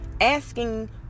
asking